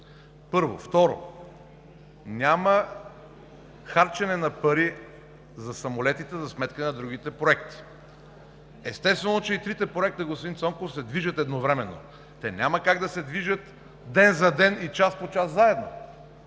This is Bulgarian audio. първо. Второ, няма харчене на пари за самолетите за сметка на другите проекти. Естествено, че и трите проекта, господин Цонков, се движат едновременно. Те няма как да се движат ден за ден и час по час заедно.